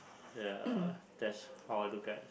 ya that's how I look at